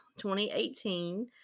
2018